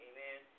Amen